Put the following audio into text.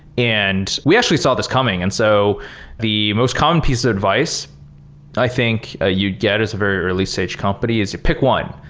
and we actually saw this coming. and so the most common piece of advice i think ah you'd get as a very early stage company is you pick one.